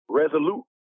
resolute